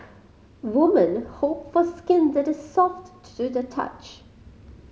woman hope for skin that is soft to the touch